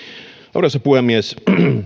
arvoisa puhemies